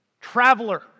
traveler